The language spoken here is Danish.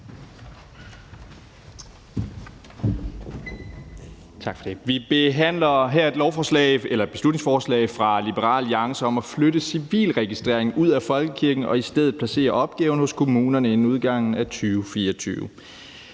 Vi behandler her et beslutningsforslag fra Liberal Alliance om at flytte civilregistreringen ud af folkekirken og i stedet placere opgaven hos kommunerne inden udgangen af 2024.